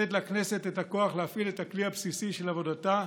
ולתת לכנסת את הכוח להפעיל את הכלי הבסיסי של עבודתה,